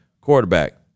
quarterback